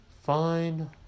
fine